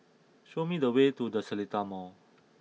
show me the way to The Seletar Mall